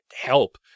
help